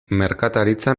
merkataritza